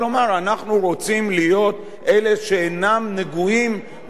אלה שאינם נגועים ולצמצם את התופעות עד למינימום.